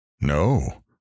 No